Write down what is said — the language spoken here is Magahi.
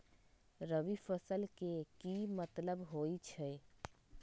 रबी फसल के की मतलब होई छई?